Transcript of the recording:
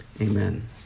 Amen